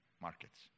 markets